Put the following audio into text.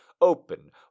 open